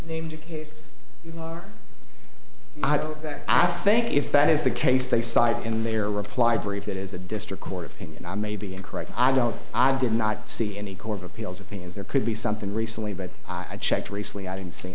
named i think if that is the case they cite in their reply brief that is the district court opinion i may be incorrect i don't i did not see any court of appeals opinions there could be something recently but i checked recently i didn't see